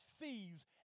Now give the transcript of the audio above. thieves